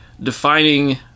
defining